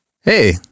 hey